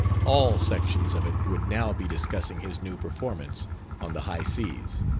all sections of it would now be discussing his new performance on the high seas.